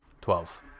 Twelve